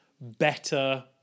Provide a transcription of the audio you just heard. better